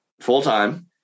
full-time